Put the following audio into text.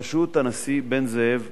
בראשות הנשיא בן-זאב,